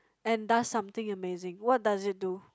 and does something amazing what does it do